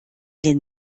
den